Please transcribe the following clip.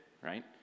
right